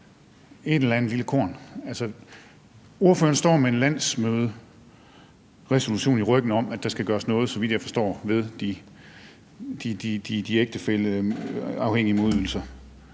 et eller andet lille korn. Ordføreren står med en landsmøderesolution i ryggen om, at der, så vidt jeg forstår, skal gøres noget ved de ægtefælleafhængige modydelser.